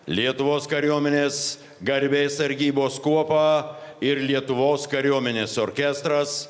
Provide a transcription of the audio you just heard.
lietuvos kariuomenės garbės sargybos kuopa ir lietuvos kariuomenės orkestras